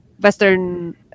Western